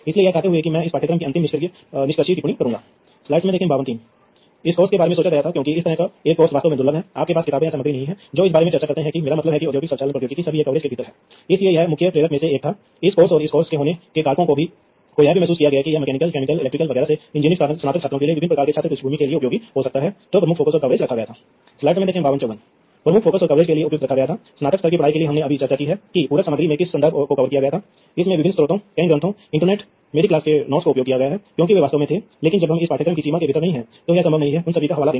इसलिए यह इसे संचारित नहीं करेगा इसलिए वास्तव में आप ऐसे रिपीटर्स का उपयोग करके एक सेगमेंट से दूसरे तक डेटा प्रसारित कर सकते हैं और इसलिए आप बहुत बहुत व्यापक नेटवर्क या नेटवर्क को कॉन्फ़िगर कर सकते हैं जो कि फैला हुआ है जो वास्तव में किलोमीटर पर फैला हुआ है एक स्थानीय क्षेत्र नेटवर्क प्रौद्योगिकी का उपयोग करना